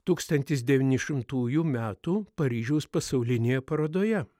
tūkstantis devyni šimtųjų metų paryžiaus pasaulinėje parodoje